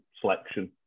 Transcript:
selection